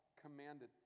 commanded